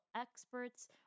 experts